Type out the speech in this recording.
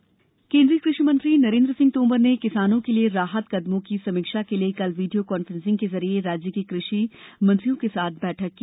किसान राहत केंद्रीय कृषि मंत्री नरेंद्र सिंह तोमर ने किसानों के लिए राहत कदमों की समीक्षा के लिए कल वीडियो कॉन्फ्रेंसिंग के जरिए राज्य के कृषि मंत्रियों के साथ बैठक की